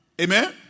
Amen